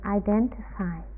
identify